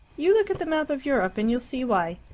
you look at the map of europe, and you'll see why.